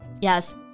Yes